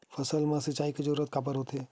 फसल मा सिंचाई के जरूरत काबर होथे?